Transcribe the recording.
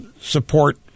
support